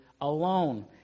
alone